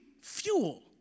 fuel